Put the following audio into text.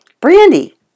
Brandy